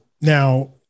now